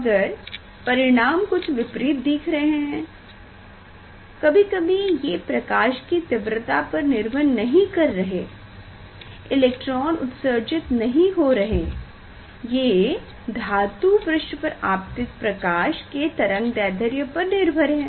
मगर परिणाम कुछ विपरीत दिख रहे हैं कभी कभी ये प्रकाश की तीव्रता पर निर्भर नहीं कर रहे इलेक्ट्रॉन उत्सर्जित नहीं हो रहे ये धातु पृष्ठ पर आपतित प्रकाश के तरंगदैध्र्य पर निर्भर है